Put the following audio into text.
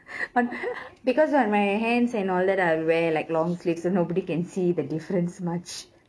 because like my hands and all that I'll wear like long sleeves so nobody can see the difference much